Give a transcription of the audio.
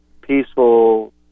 peaceful